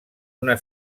una